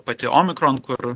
pati omikron kur